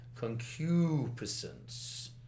concupiscence